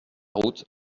route